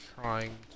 trying